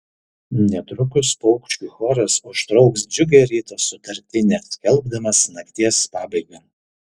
netrukus paukščių choras užtrauks džiugią ryto sutartinę skelbdamas nakties pabaigą